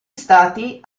stati